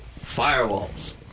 firewalls